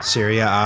Syria